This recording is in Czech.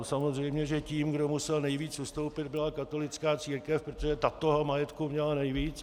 Samozřejmě tím, kdo musel nejvíc ustoupit, byla katolická církev, protože ta toho majetku měla nejvíc.